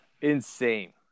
Insane